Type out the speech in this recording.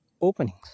openings